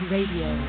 Radio